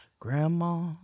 grandma